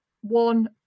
one